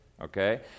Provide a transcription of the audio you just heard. Okay